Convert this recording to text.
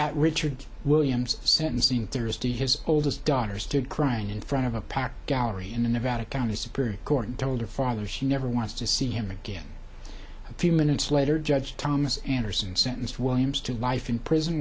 at richard williams sentencing thursday his oldest daughter still crying in front of a packed gallery in the nevada county superior court and told her father she never wants to see him again a few minutes later judge thomas anderson sentenced williams to life in prison